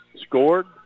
scored